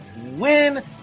win